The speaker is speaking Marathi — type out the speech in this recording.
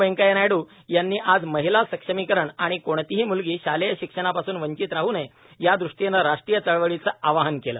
वैंकेय्या नायडू यांनी आज महिला सक्षमीकरण आणि कोणतीही म्लगी शालेय शिक्षणापासून वंचित राह नये यादृष्टीने राष्ट्रीय चळवळीचे आवाहन केले